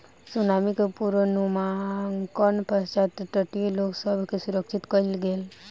tsunami के पुर्वनुमानक पश्चात तटीय लोक सभ के सुरक्षित कयल गेल